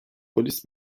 polis